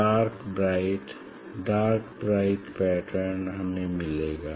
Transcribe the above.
dark bright dark bright pattern हमें मिलेगा